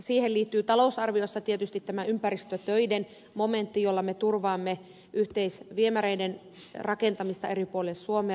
siihen liittyy talousarviossa tietysti tämä ympäristötöiden momentti jolla me turvaamme yhteisviemäreiden rakentamista eri puolille suomea